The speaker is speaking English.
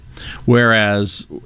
Whereas